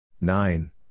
Nine